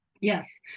Yes